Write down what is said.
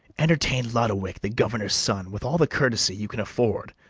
entertain lodowick, the governor's son, with all the courtesy you can afford,